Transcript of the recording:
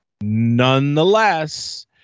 Nonetheless